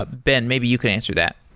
ah ben, maybe you can answer that.